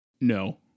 No